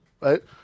right